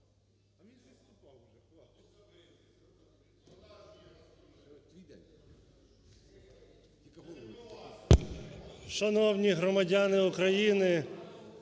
Шановні громадяни України!